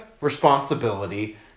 responsibility